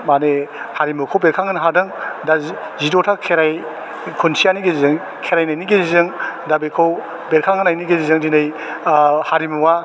मानि हारिमुखौ बेरखां होनो हादों दा जि जिद'था खेराइ खुन्थियानि गेजेरजों खेरायनायनि गेजेरजों दा बेखौ बेरखांहोनायनि गेजेरजों दिनै हारिमुवा